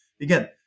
again